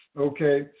okay